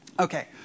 Okay